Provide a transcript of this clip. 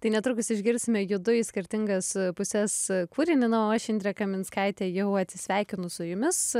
tai netrukus išgirsime judu į skirtingas puses kūrinį na o aš indrė kaminskaitė jau atsisveikinu su jumis